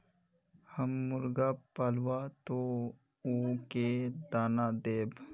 हम मुर्गा पालव तो उ के दाना देव?